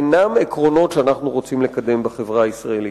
אינם עקרונות שאנחנו רוצים לקדם בחברה הישראלית.